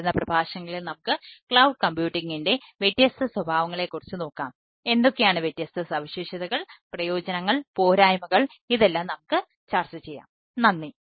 വരുന്ന പ്രഭാഷണങ്ങളിൽ നമുക്ക് ക്ലൌഡ് കമ്പ്യൂട്ടിംഗിൻറെ വ്യത്യസ്ത സ്വഭാവങ്ങളെ കുറിച്ച് നോക്കാം എന്തൊക്കെയാണ് വ്യത്യസ്തത സവിശേഷതകൾപ്രയോജനങ്ങൾ പോരായ്മകൾ ഇതെല്ലാം നമുക്ക് ചർച്ച ചെയ്യാം നന്ദി